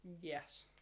Yes